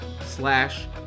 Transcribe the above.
slash